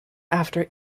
after